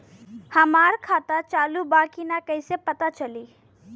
हमार खाता चालू बा कि ना कैसे पता चली?